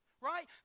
right